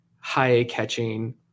high-catching